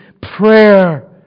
prayer